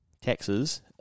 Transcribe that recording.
taxes